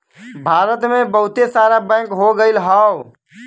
भारत मे बहुते सारा बैंक हो गइल हौ